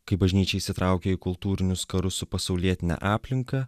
kai bažnyčia įsitraukia į kultūrinius karus su pasaulietine aplinka